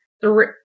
three